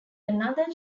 another